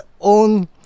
own